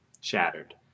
shattered